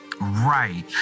Right